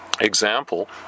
example